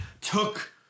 took